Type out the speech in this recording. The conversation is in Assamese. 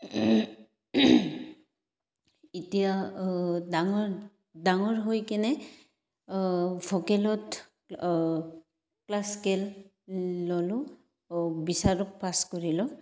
এতিয়া ডাঙৰ ডাঙৰ হৈকেনে ভকেলত ক্লাছিকেল ল'লোঁ বিচাৰক পাছ কৰিলোঁ